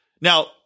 Now